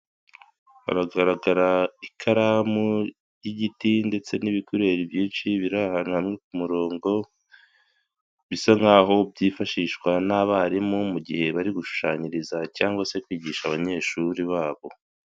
Haragaragara ikaramu y'igiti ndetse n'ibikoreri byinshi biri ahantu hamwe ku murongo, bisa nkaho' byifashishwa n'abarimu mu gihe bari gushushanyiriza cyangwa se kwigisha abanyeshuri babo.